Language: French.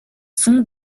sons